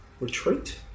retreat